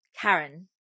Karen